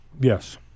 Yes